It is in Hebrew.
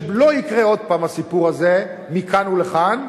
שלא יקרה עוד פעם הסיפור הזה מכאן ולכאן.